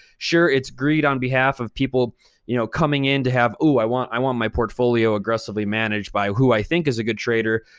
sure, it's greed on behalf of people you know coming in to have, ooh, i want i want my portfolio aggressively managed by who i think is a good trader,